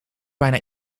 bijna